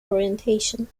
orientation